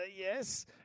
Yes